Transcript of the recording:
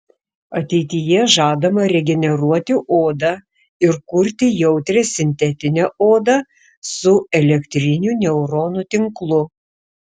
ateityje žadama regeneruoti odą ir kurti jautrią sintetinę odą su elektriniu neuronų tinklu